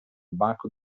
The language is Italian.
banco